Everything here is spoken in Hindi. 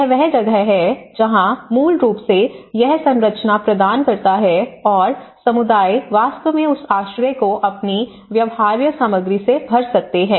यह वह जगह है जहाँ मूल रूप से यह संरचना प्रदान करता है और समुदाय वास्तव में उस आश्रय को अपनी व्यवहार्य सामग्री से भर सकते हैं